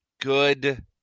good